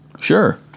Sure